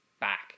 back